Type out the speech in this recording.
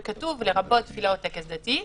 וכתוב: לרבות תפילה או טקס דתי,